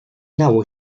nało